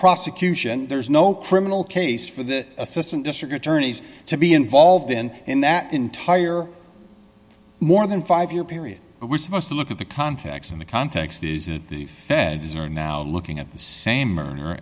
prosecution there's no criminal case for that assistant district attorneys to be involved in in that entire more than five year period we're supposed to look at the context in the context is that the feds are now looking at the same